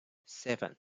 seven